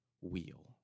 wheel